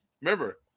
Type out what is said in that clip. remember